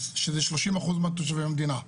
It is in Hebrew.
שזה 30% מהתושבים במדינה.